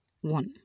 one